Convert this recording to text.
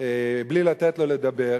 בלי לתת לו לדבר,